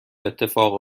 اتفاق